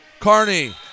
Carney